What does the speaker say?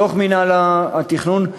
בתוך מינהל התכנון,